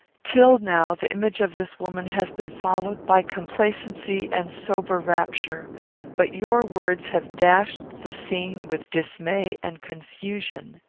till now the image of this woman has been followed by complacency and sober rapture but your words have dashed the scene with dismay and confusion.